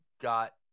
got